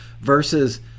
Versus